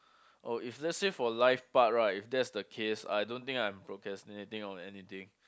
oh if let's say for life part right if that's the case I don't think I'm procrastinating or anything